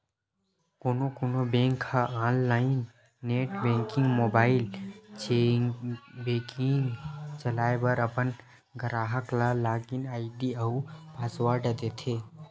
कोनो कोनो बेंक ह online net banking, mobile banking चलाए बर अपन गराहक ल लॉगिन आईडी अउ पासवर्ड देथे